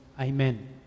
amen